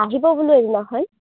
আহিব আপুনি এদিনাখন